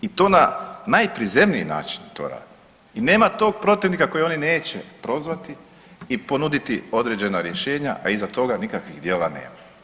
I to na najprizemniji način to rade i nema tog protivnika kojeg oni neće prozvati i ponuditi određena rješenja, a iza toga nikakvih djela nema.